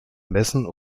messen